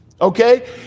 Okay